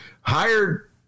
hired